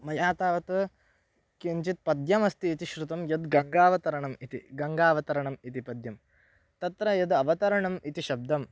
मया तावत् किञ्चित् पद्यमस्ति इति श्रुतं यद् गङ्गावतरणम् इति गङ्गावतरणम् इति पद्यं तत्र यद् अवतरणम् इति शब्दं